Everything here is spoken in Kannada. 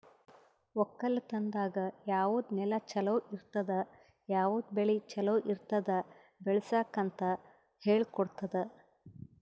ಒಕ್ಕಲತನದಾಗ್ ಯಾವುದ್ ನೆಲ ಛಲೋ ಇರ್ತುದ, ಯಾವುದ್ ಬೆಳಿ ಛಲೋ ಇರ್ತುದ್ ಬೆಳಸುಕ್ ಅಂತ್ ಹೇಳ್ಕೊಡತ್ತುದ್